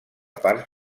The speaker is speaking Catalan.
part